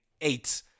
eight